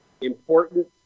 important